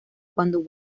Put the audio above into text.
cuando